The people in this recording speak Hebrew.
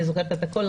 אני זוכרת את הכול.